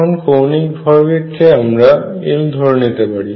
এখন কৌণিক ভরবেগ কে আমরা L ধরে নিতে পারি